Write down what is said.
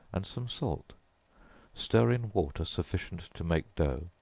and some salt stir in water sufficient to make dough,